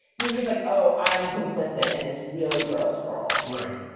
you're just like, oh, i am complicit in this really. gross world right.